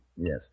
yes